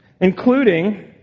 including